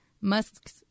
Musk's